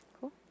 Cool